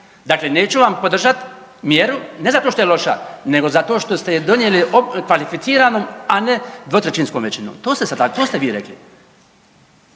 Dakle neću vam podržati mjeru, ne zato što je loša, nego zato što ste je donijeli kvalificiranom, a ne dvotrećinskom većinom. To ste se tako,